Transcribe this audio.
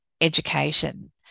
education